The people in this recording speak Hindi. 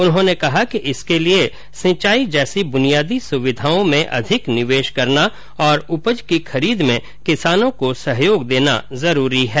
उन्होंने कहा कि इसके लिए सिंचाई जैसी बुनियादी सुविधाओं में अधिक निवेश करना और उपज की खरीद में किसानों को सहयोग देना जरूरी है